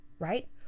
right